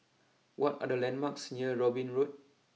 what are the landmarks near Robin Road